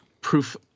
proof